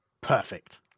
Perfect